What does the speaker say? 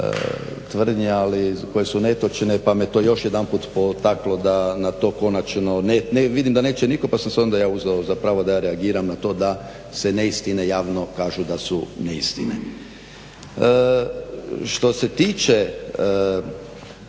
koje su netočne pa me to još jedanput potaklo da na to konačno, vidim da neće nitko pa sam se onda ja uzeo za pravo da ja reagiram na to da se neistine javno kažu da su neistine. Što se tiče